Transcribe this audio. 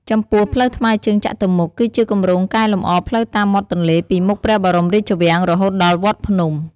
ចំពោះផ្លូវថ្មើរជើងចតុមុខ គឺជាគម្រោងកែលម្អផ្លូវតាមមាត់ទន្លេ ពីមុខព្រះបរមរាជវាំង រហូតដល់វត្តភ្នំ។